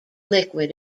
liquid